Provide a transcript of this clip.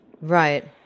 Right